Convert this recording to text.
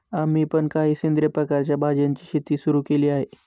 आम्ही पण काही सेंद्रिय प्रकारच्या भाज्यांची शेती सुरू केली आहे